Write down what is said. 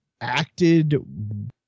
acted